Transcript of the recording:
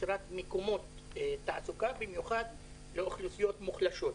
מקומות תעסוקה, במיוחד לאוכלוסיות מוחלשות.